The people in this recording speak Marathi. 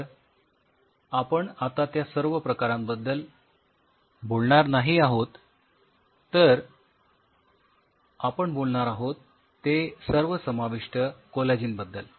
तर आपण आता त्या सर्व प्रकारांबद्दल बोलणार नाही आहोत तर आपण बोलणार आहोत ते सर्वसमाविष्ठ कोलॅजिन बद्दल